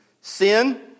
Sin